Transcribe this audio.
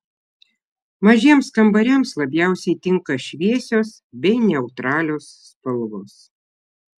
mažiems kambariams labiausiai tinka šviesios bei neutralios spalvos